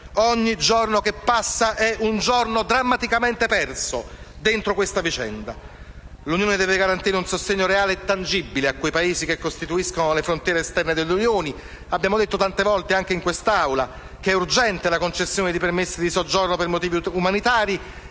Ogni giorno che passa è un giorno drammaticamente dentro questa vicenda. L'Unione deve garantire un sostegno reale e tangibile ai Paesi che costituiscono le frontiere esterne dell'Unione. Abbiamo detto tante volte anche in quest'Aula che è urgente la concessione di permessi di soggiorno per motivi umanitari